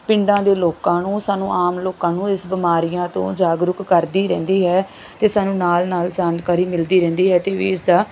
ਪਿੰਡਾਂ ਦੇ ਲੋਕਾਂ ਨੂੰ ਸਾਨੂੰ ਆਮ ਲੋਕਾਂ ਨੂੰ ਇਸ ਬਿਮਾਰੀਆਂ ਤੋਂ ਜਾਗਰੂਕ ਕਰਦੀ ਰਹਿੰਦੀ ਹੈ ਅਤੇ ਸਾਨੂੰ ਨਾਲ ਨਾਲ ਜਾਣਕਾਰੀ ਮਿਲਦੀ ਰਹਿੰਦੀ ਹੈ ਅਤੇ ਵੀ ਇਸ ਦਾ